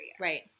Right